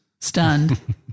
stunned